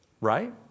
Right